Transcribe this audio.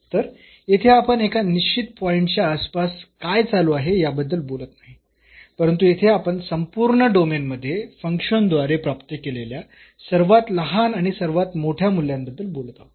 तर येथे आपण एका निश्चित पॉईंटच्या आसपास काय चालू आहे याबद्दल बोलत नाही परंतु येथे आपण संपूर्ण डोमेन मध्ये फंक्शन द्वारे प्राप्त केलेल्या सर्वात लहान आणि सर्वात मोठया मूल्यांबद्दल बोलत आहोत